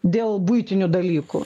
dėl buitinių dalykų